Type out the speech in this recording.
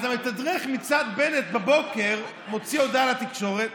אז המתדרך מצד בנט בבוקר מוציא הודעה לתקשורת